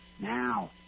now